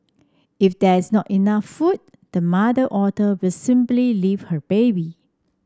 if there is not enough food the mother otter will simply leave her baby